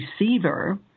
receiver